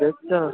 দেখতে হবে